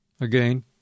Again